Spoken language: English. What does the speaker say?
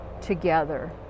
together